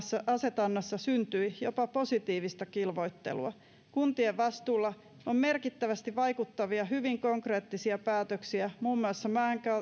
asetannassa syntyi jopa positiivista kilvoittelua kuntien vastuulla on merkittävästi vaikuttavia hyvin konkreettisia päätöksiä muun muassa